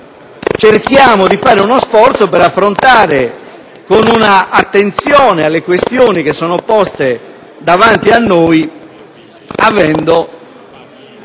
cercare di fare uno sforzo per affrontare con attenzione le questioni che sono poste davanti a noi,